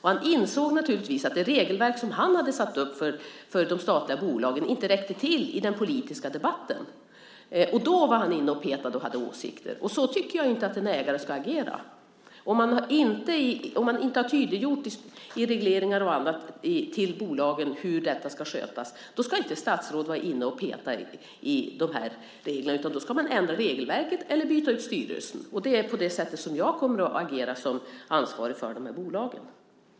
Han insåg naturligtvis att det regelverk som han hade satt upp för de statliga bolagen inte räckte till i den politiska debatten. Då var han inne och petade och hade åsikter. Så tycker jag inte att en ägare ska agera. Om man inte har tydliggjort i regleringar och annat till bolagen hur detta ska skötas ska inte statsråd vara inne och peta i reglerna. Då ska regelverket ändras eller styrelsen bytas ut. Det är på det sättet jag kommer att agera som ansvarig för bolagen.